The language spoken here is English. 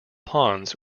ponds